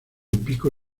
pico